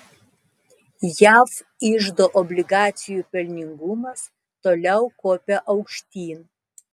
jav iždo obligacijų pelningumas toliau kopia aukštyn